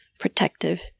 protective